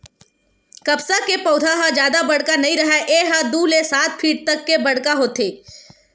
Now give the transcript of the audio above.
कपसा के पउधा ह जादा बड़का नइ राहय ए ह दू ले सात फीट तक के बड़का होथे